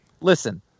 Listen